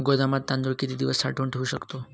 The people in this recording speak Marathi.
गोदामात तांदूळ किती दिवस साठवून ठेवू शकतो?